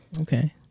Okay